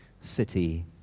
city